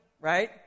right